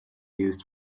used